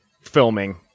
filming